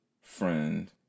friend